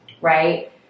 right